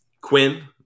Quinn